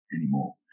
anymore